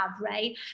right